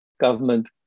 government